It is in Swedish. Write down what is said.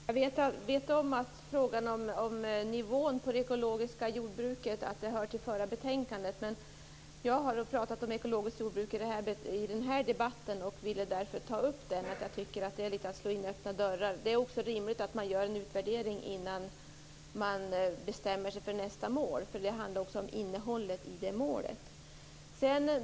Herr talman! Jag vet att frågan om nivån på det ekologiska jordbruket hör till det förra betänkandet, men jag har pratat om ekologiskt jordbruk i den här debatten. Jag ville därför ta upp det här. Jag tycker att det är litet grand att slå in öppna dörrar. Det är rimligt att man gör en utvärdering innan man bestämmer sig för nästa mål. Det handlar också om innehållet i detta mål.